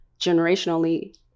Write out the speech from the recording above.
generationally